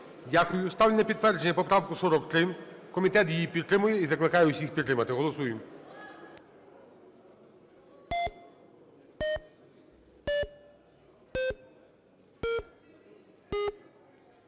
Дякую. Ставлю на підтвердження поправку 43. Комітет її підтримує і закликає усіх підтримати. Голосуємо.